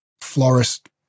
florist